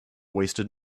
wasted